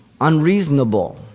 unreasonable